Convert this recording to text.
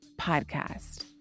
podcast